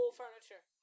furniture